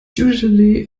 usually